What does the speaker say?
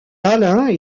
alains